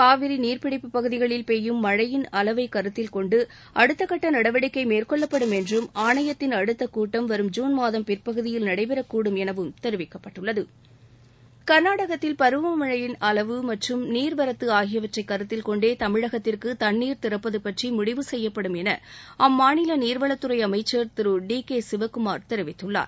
காவிரி நீர்ப்பிடிப்பு பகுதிகளில் பெய்யும் மழையின் அளவை கருத்தில் கொண்டு அடுத்தக்கட்ட நடவடிக்கை மேற்கொள்ளப்படும் என்றும் ஆணையத்தின் அடுத்த கூட்டம் வரும் ஜூன் மாதம் பிற்பகுதியில் நடைபெறக்கூடும் எனவும் தெரிவிக்கப்பட்டுள்ளது கர்நாடகத்தில் பருவமழையின் அளவு மற்றும் நீர்வரத்து ஆகியவற்றை கருத்தில் கொண்டே தமிழகத்திற்கு தண்ணீர் திறப்பது பற்றி முடிவு செய்யப்படும் என அம்மாநில நீர்வளத் துறை அமைச்சர் திரு டி கே சிவகுமார் தெரிவித்துள்ளார்